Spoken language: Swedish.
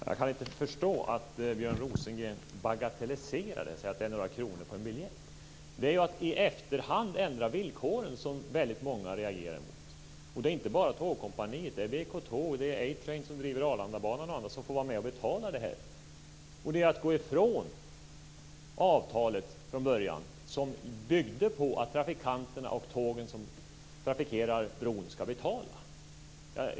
Herr talman! Jag kan inte förstå att Björn Rosengren bagatelliserar det och säger att det är några kronor på en biljett. Det är ju att i efterhand ändra villkoren som många reagerar mot. Och det är inte bara Tågkompaniet, det är också BK Tåg, A-Train som driver Arlandabanan och andra som får vara med och betala det här. Det är ju att gå ifrån avtalet som från början byggde på att trafikanterna och tågen som trafikerar bron ska betala.